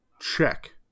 check